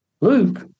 Luke